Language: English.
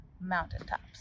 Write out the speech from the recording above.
mountaintops